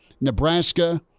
Nebraska